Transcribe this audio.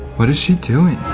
what is she doing?